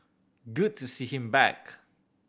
good to see him back